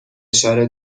اشاره